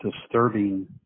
disturbing